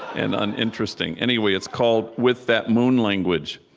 and uninteresting. anyway, it's called with that moon language.